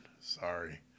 Sorry